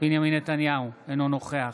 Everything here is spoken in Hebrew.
בנימין נתניהו, אינו נוכח